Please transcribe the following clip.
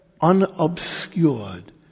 unobscured